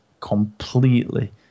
completely